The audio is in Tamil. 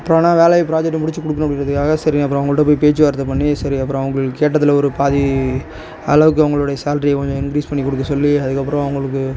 இப்போ ஆனால் வேலை ப்ராஜெக்ட்டு முடித்து கொடுக்கணும் அப்படிங்குறதுக்காக சரி அப்புறம் அவங்கள்கிட்ட போய் பேச்சு வார்த்தை பண்ணி சரி அப்புறம் அவங்க கேட்டதில் ஒரு பாதி அளவுக்கு அவங்களோடய சால்ரியை கொஞ்சம் இன்க்ரீஸ் பண்ணி கொடுக்க சொல்லி அதுக்கு அப்புறம் அவங்களுக்கு